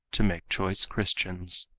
to make choice christians.